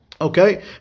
Okay